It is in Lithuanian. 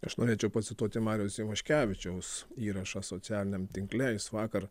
aš norėčiau pacituoti mariaus ivaškevičiaus įrašą socialiniam tinkle jis vakar